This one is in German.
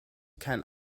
kein